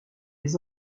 les